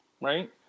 Right